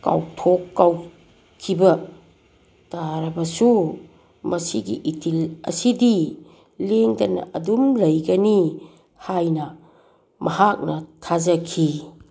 ꯀꯥꯎꯊꯣꯛ ꯀꯥꯎꯈꯤꯕ ꯇꯥꯔꯕꯁꯨ ꯃꯁꯤꯒꯤ ꯏꯊꯤꯜ ꯑꯁꯤꯗꯤ ꯂꯦꯡꯗꯅ ꯑꯗꯨꯝ ꯂꯩꯒꯅꯤ ꯍꯥꯏꯅ ꯃꯍꯥꯛꯅ ꯊꯥꯖꯈꯤ